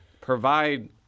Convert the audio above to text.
provide